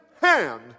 hand